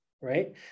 right